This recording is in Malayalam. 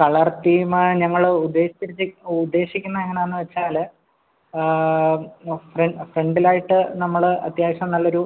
കളർ തീമ് ഞങ്ങൾ ഉദ്ദേശിക്കുന്നത് എങ്ങനെയാണെന്ന് വെച്ചാൽ ഫ്രണ്ടിലായിട്ട് നമ്മൾ അത്യാവശ്യം നല്ലൊരു